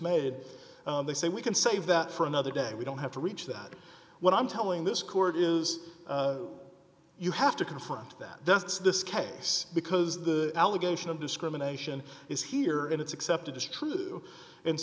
made they say we can save that for another day we don't have to reach that what i'm telling this court is you have to confront that that's this case because the allegation of discrimination is here and it's accepted as true and